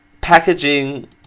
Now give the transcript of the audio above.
packaging